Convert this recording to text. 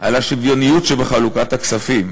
על השוויוניות שבחלוקת הכספים,